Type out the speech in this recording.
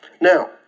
Now